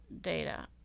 data